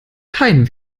kein